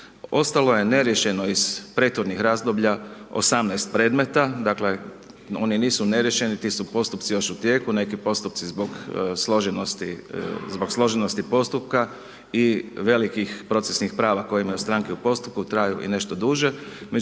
Ostalo je neriješeno iz prethodnih razdoblja 18 predmeta, dakle oni nisu neriješeni, ti su postupci još u tijeku, neki postupci zbog složenosti, zbog složenosti postupka i velikih procesnih prava koje imaju stranke u postupku traju i nešto duže.